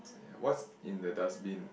ya what's in the dustbin